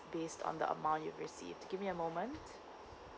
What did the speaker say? based on the amount you received give me a moment